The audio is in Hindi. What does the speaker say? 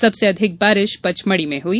सबसे अधिक बारिश पचमढ़ी में हुई